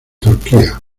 turquía